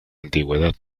antigüedad